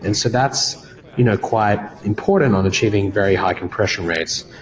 and so that's you know quite important on achieving very high compression rates.